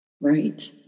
Right